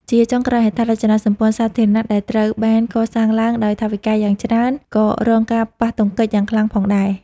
ជាចុងក្រោយ ហេដ្ឋារចនាសម្ព័ន្ធសាធារណៈដែលត្រូវបានកសាងឡើងដោយថវិកាយ៉ាងច្រើន ក៏រងការប៉ះទង្គិចយ៉ាងខ្លាំងផងដែរ។